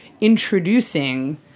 introducing